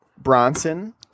Bronson